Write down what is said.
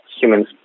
human's